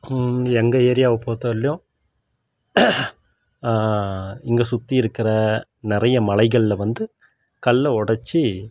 எங்கள் ஏரியாவை பொறுத்தவரையிலேயும் இங்கே சுற்றி இருக்கிற நிறைய மலைகளில் வந்து கல்லை உடச்சி